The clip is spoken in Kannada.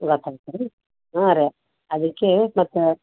ಗೊತ್ತಾತು ಬಿಡಿ ರಿ ಹಾಂ ರೀ ಅದಕ್ಕೆ ಮತ್ತೆ